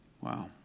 Wow